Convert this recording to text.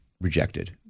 rejected